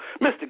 Mr